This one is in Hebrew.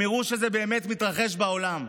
הם יראו שזה באמת מתרחש בעולם.